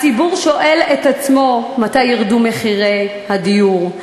הציבור שואל את עצמו מתי ירדו מחירי הדיור,